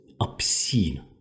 obscene